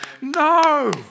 no